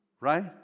Right